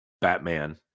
Batman